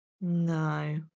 No